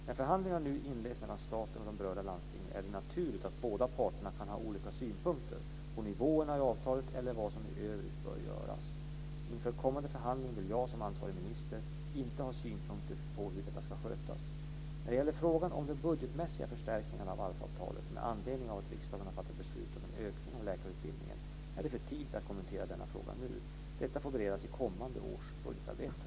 När förhandlingar nu inleds mellan staten och de berörda landstingen är det naturligt att båda parter kan ha olika synpunkter på nivåerna i avtalet eller vad som i övrigt bör göras. Inför kommande förhandlingar vill jag som ansvarig minister inte ha synpunkter på hur detta ska skötas. När det gäller frågan om de budgetmässiga förstärkningarna av ALF-avtalet med anledning av att riksdagen har fattat beslut om en ökning av läkarutbildningen är det för tidigt att kommentera denna fråga nu. Detta får beredas i kommande års budgetarbete.